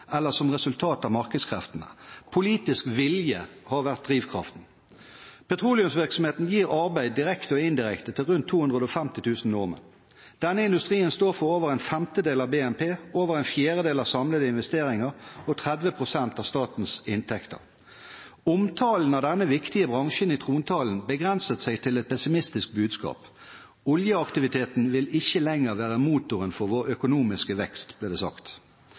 eller som resultat av markedskreftene – politisk vilje har vært drivkraften. Petroleumsvirksomheten gir arbeid direkte og indirekte til rundt 250 000 nordmenn. Denne industrien står for over en femtedel av BNP, over en fjerdedel av samlede investeringer og 30 pst. av statens inntekter. Omtalen av denne viktige bransjen i trontalen begrenset seg til et pessimistisk budskap: «Oljeaktiviteten vil ikke lenger være motoren for vår økonomiske vekst», ble det sagt.